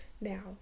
now